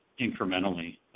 incrementally